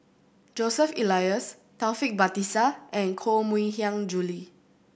Joseph Elias Taufik Batisah and Koh Mui Hiang Julie